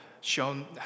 shown